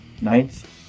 ninth